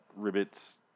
ribbits